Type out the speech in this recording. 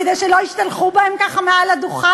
כדי שלא ישתלחו בהן ככה על הדוכן,